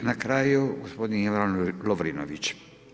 I na kraju gospodin Ivan Lovrinović.